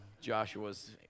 Joshua's